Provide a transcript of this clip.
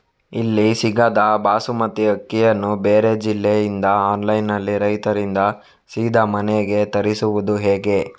ಇಲ್ಲಿ ಸಿಗದ ಬಾಸುಮತಿ ಅಕ್ಕಿಯನ್ನು ಬೇರೆ ಜಿಲ್ಲೆ ಇಂದ ಆನ್ಲೈನ್ನಲ್ಲಿ ರೈತರಿಂದ ಸೀದಾ ಮನೆಗೆ ತರಿಸುವುದು ಹೇಗೆ?